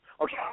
Okay